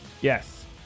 yes